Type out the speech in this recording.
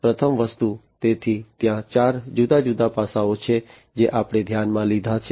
પ્રથમ વસ્તુ તેથી ત્યાં ચાર જુદા જુદા પાસાઓ છે જે આપણે ધ્યાનમાં લીધા છે